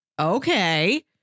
Okay